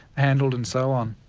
handled and so on.